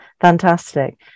fantastic